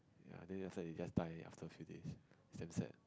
ya then after that they just die after a few days it's damn sad